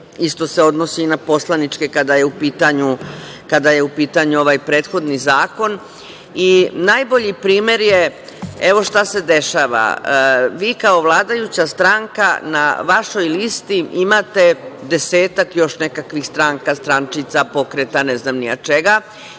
Isto se odnosi na poslaničke, kada je u pitanju ovaj prethodni zakon i najbolji primer je…Šta se dešava? Vi kao vladajuća stranka na vašoj listi imate desetak još nekakvih stranaka, strančica, pokreta, ne znam ni ja čega,